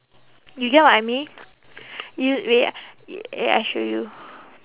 you get what I mean you wait wait I show you